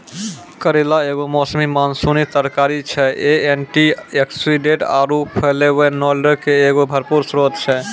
करेला एगो मौसमी मानसूनी तरकारी छै, इ एंटीआक्सीडेंट आरु फ्लेवोनोइडो के एगो भरपूर स्त्रोत छै